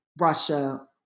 Russia